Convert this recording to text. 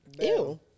Ew